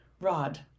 Rod